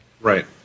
Right